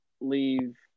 leave